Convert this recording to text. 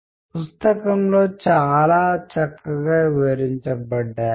ఎందుకంటే కమ్యూనికేషన్ యొక్క వివిధ వర్గాలు ఉన్నాయి